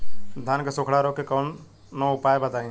धान के सुखड़ा रोग के कौनोउपाय बताई?